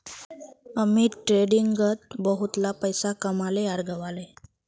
Amit day ट्रेडिंगत बहुतला पैसा कमाले आर गंवाले